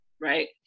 Right